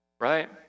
right